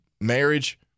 marriage